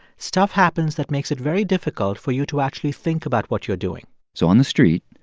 stuff happens that makes it very difficult for you to actually think about what you're doing so on the street,